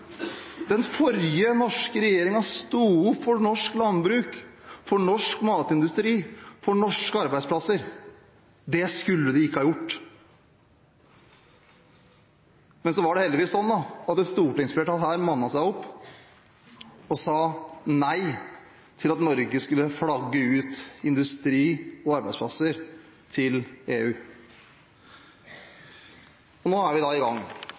Den forrige norske regjeringen sto opp for norsk landbruk, for norsk matindustri, for norske arbeidsplasser. Det skulle de ikke ha gjort! Men så var det heldigvis slik at et stortingsflertall her mannet seg opp og sa nei til at Norge skulle flagge ut industri og arbeidsplasser til EU. Og nå er vi i gang